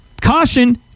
caution